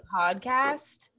podcast